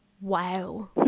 Wow